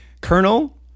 Colonel